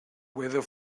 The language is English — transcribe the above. weather